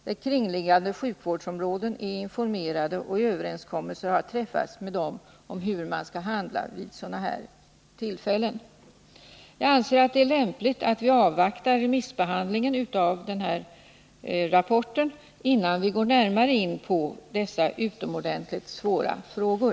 Där är kringliggande sjukvårdsområden informerade, och överenskommelse har träffats med dessa hur man skall handla vid sådana här tillfällen. Jag anser det lämpligt att vi avvaktar remissbehandlingen av den här rapporten innan vi går närmare in på dessa utomordentligt svåra frågor.